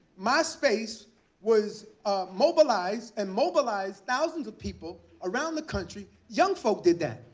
myspace was mobilized and mobilized thousands of people around the country. young folk did that.